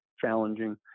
challenging